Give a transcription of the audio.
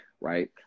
right